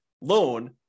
loan